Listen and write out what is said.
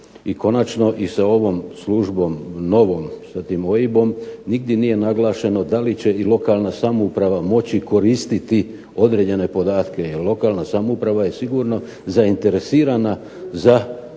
i konačno sa ovom službom novom, sa tim OIB-om, nigdje nije naglašeno da li će lokalna samouprava moći koristiti određene podatke jer lokalna samouprava je sigurno zainteresirana za